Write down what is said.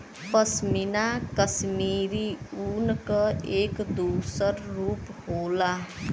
पशमीना कशमीरी ऊन क एक दूसर रूप होला